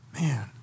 Man